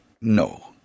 No